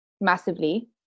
massively